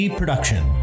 production